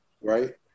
right